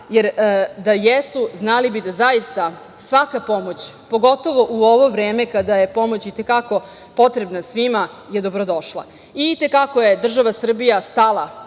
jer da jesu znali bi da svaka pomoć, pogotovo u ovom vreme kada je pomoć i te kako potrebna svima je dobro došla. I te kako je država Srbija stala